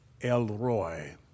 Elroy